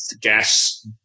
gas